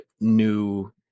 new